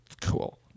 cool